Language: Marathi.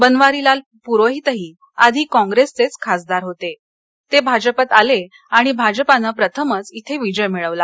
बनवारीलाल पुरोहितही आधी कॉंग्रेसचेच खासदार होते ते भाजपात आले आणि भाजपानं प्रथमच इथे विजय मिळवला